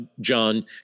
John